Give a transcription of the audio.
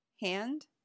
hand